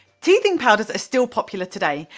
teething powders are still popular today.